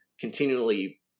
continually